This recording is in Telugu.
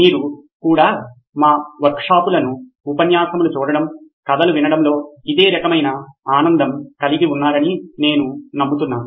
మీరు కూడా మా వర్క్షాప్లను ఉపన్యాసాలు చూడటం కథలు వినడంలో ఇదే రకమైన ఆనందం కలిగి ఉన్నారని నేను నమ్ముతున్నాను